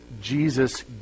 Jesus